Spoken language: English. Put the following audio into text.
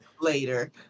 later